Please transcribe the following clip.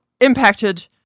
impacted